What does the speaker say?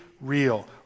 real